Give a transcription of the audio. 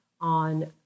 on